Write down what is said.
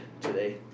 today